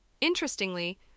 Interestingly